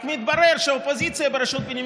רק מתברר שהאופוזיציה בראשות בנימין